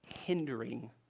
hindering